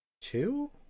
two